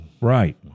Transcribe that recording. Right